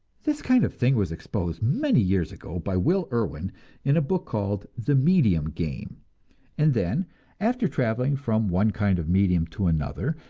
this kind of thing was exposed many years ago by will irwin in a book called the medium game and then after traveling from one kind of medium to another,